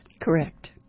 Correct